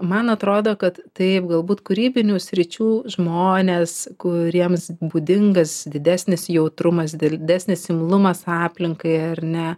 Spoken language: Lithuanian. man atrodo kad taip galbūt kūrybinių sričių žmonės kuriems būdingas didesnis jautrumas didesnis imlumas aplinkai ar ne